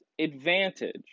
advantage